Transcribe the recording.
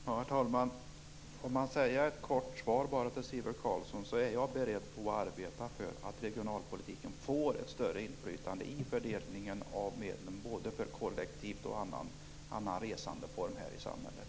Herr talman! Låt mig ge ett kort svar till Sivert Carlsson. Jag är beredd att arbeta för att regionalpolitiken får ett större inflytande i fördelningen av medlen både för kollektivt resande och annan resandeform i samhället.